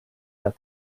der